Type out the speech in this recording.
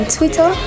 Twitter